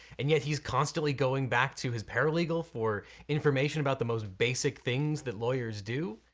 and yet he's constantly going back to his paralegal for information about the most basic things that lawyers do?